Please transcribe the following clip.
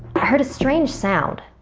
i heard a strange sound.